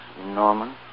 Norman